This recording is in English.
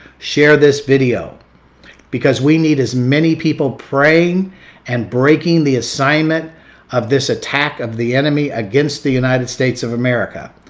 share this video because we need as many people praying and breaking the assignment of this attack of the enemy against the united states of america.